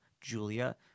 Julia